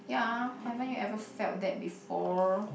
ya haven't you ever felt that before